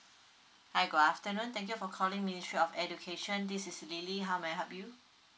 hi good afternoon thank you for calling ministry of education this is L I L Y how may I help you